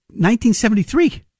1973